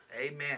Amen